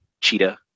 Cheetah